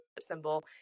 symbol